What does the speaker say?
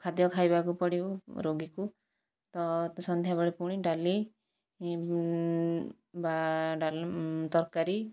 ଖାଦ୍ୟ ଖାଇବାକୁ ପଡିବ ରୋଗୀକୁ ତ ସନ୍ଧ୍ୟାବେଳେ ପୁଣି ଡାଲି ବା ଡାଲ୍ ତରକାରୀ